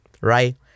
Right